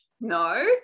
no